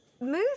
move